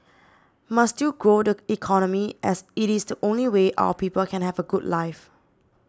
must still grow the economy as it is the only way our people can have a good life